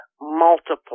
multiple